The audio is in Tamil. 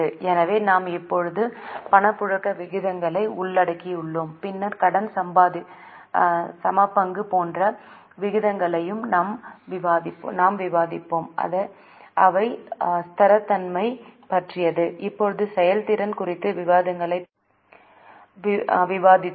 எனவே நாம் இப்போது பணப்புழக்க விகிதங்களை உள்ளடக்கியுள்ளோம் பின்னர் கடன் சமபங்கு போன்ற விகிதங்களையும் நாம்விவாதித்தோம் அவை ஸ்திரத்தன்மை பற்றியது இப்போது செயல்திறன் குறித்த விகிதங்களைப் பற்றி விவாதித்தோம்